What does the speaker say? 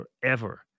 forever